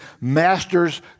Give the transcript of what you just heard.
master's